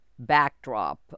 backdrop